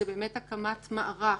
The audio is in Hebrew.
זה באמת הקמת מערך